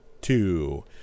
two